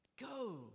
Go